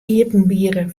iepenbiere